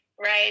right